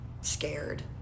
scared